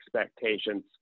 expectations